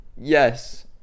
yes